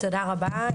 תודה רבה.